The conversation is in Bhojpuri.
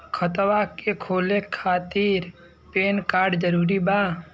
खतवा के खोले खातिर पेन कार्ड जरूरी बा?